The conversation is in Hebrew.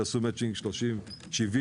תעשו מצ'ינג